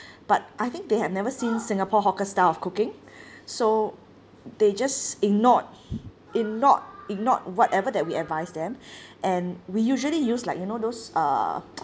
but I think they have never seen singapore hawker style of cooking so they just ignored ignored ignored whatever that we advise them and we usually use like you know those uh